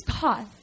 god